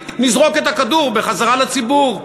נזרוק את הכדור בחזרה לציבור.